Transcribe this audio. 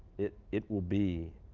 it it will be